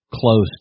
close